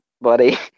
buddy